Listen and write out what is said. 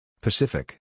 Pacific